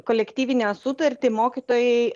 kolektyvinę sutartį mokytojai